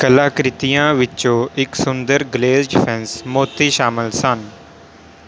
ਕਲਾਕ੍ਰਿਤੀਆਂ ਵਿੱਚੋ ਇਕ ਸੁੰਦਰ ਗਲੇਜ਼ਡ ਫੈਨਸ ਮੋਤੀ ਸ਼ਾਮਿਲ ਸਨ